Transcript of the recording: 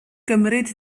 gymryd